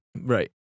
Right